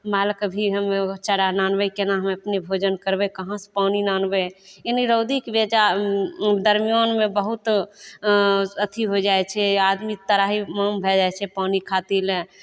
मालके भी हम चारा आनबै केना हम अपने भोजन करबै कहाँ सऽ पानि आनबै ई रौदीके बेजा दरमियानमे बहुत अथी हो जाइ छै आदमी त्राहिमाम भए जाइ छै पानी खातिर लए